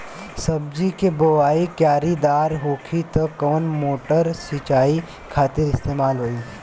सब्जी के बोवाई क्यारी दार होखि त कवन मोटर सिंचाई खातिर इस्तेमाल होई?